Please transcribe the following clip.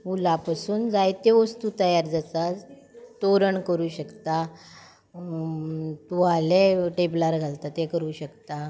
वुला पसून जायत्यो वस्तू तयार जातात तोरण करूंक शकता तुवाले टेबलार घालता ते करूंक शकता